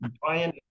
Brian